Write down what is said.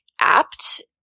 apt